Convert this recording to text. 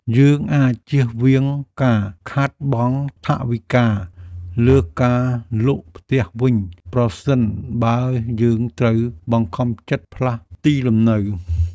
យើងអាចជៀសវាងការខាតបង់ថវិកាលើការលក់ផ្ទះវិញ ប្រសិនបើយើងត្រូវបង្ខំចិត្តផ្លាស់ទីលំនៅ។